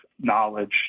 knowledge